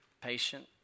patient